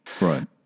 Right